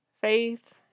faith